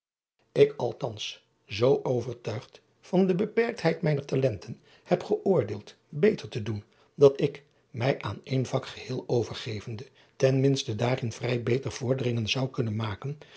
k althans zoo overtuigd van de beperktheid mijner talenten heb geoordeeld beter te doen dat ik mij aan één vak geheel overgevende ten minste daarin vrij beter vorderingen zou kunnen maken